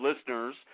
listeners